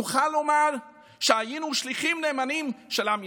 נוכל לומר שהיינו שליחים נאמנים של עם ישראל.